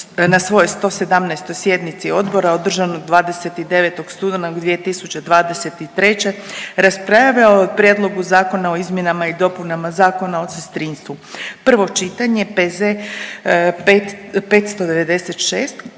na svojoj 117. sjednici odbora održanoj 29. studenog 2023. raspravljao je o Prijedlogu zakona o izmjenama i dopunama Zakona o sestrinstvu, prvo čitanje, P.Z.E. 596.